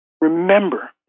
Remember